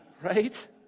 Right